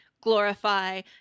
glorify